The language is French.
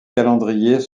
calendrier